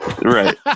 Right